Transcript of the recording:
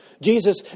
Jesus